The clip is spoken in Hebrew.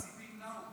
אמות הספים נעו פה.